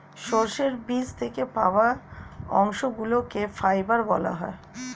সর্ষের বীজ থেকে পাওয়া অংশগুলিকে ফাইবার বলা হয়